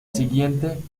siguiente